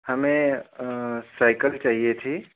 हमें साइकल चाहिए थी